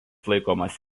laikomas